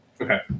Okay